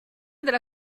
della